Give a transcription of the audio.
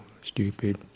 stupid